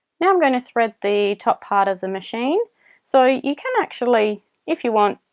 now i'm going to thread the top part of the machine so you can actually if you want